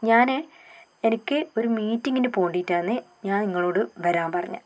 ഞാൻ എനിക്ക് ഒരു മീറ്റിംഗിന് പോണ്ടീട്ടാന്ന് ഞാൻ ഇങ്ങളോട് വരാൻ പറഞ്ഞത്